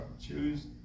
choose